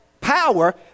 power